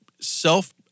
self-